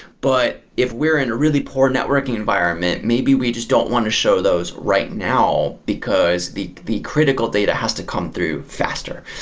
but if we are in really poor networking environment, maybe we just don't want to show those right now, because the the critical data has to come through faster.